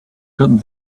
got